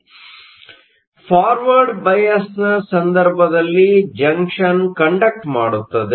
ಆದ್ದರಿಂದ ಫಾರ್ವರ್ಡ್ ಬಯಾಸ್Forward Bias ನ ಸಂದರ್ಭದಲ್ಲಿ ಜಂಕ್ಷನ್ ಕಂಡಕ್ಟ್ ಮಾಡುತ್ತದೆ